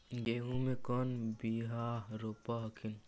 गेहूं के कौन बियाह रोप हखिन?